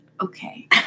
Okay